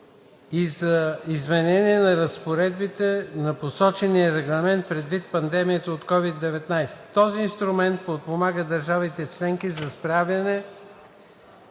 и за изменение на разпоредбите на посочения регламент предвид пандемията от СOVID-19. Този инструмент подпомага държавите членки за справяне